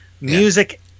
Music